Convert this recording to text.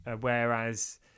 whereas